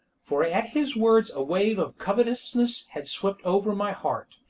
for at his words a wave of covetousness had swept over my heart,